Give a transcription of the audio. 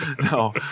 no